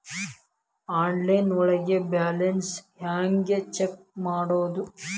Online ಒಳಗೆ balance ಹ್ಯಾಂಗ check ಮಾಡೋದು?